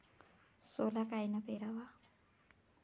सोला कायनं पेराव?